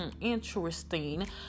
interesting